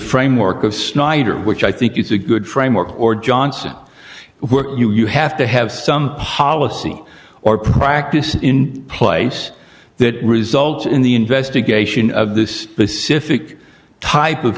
framework of snyder which i think is a good framework or johnson were you you have to have some policy or practice in place that result in the investigation of this specific type of